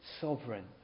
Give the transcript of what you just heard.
sovereign